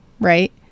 right